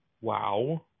Wow